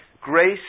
Grace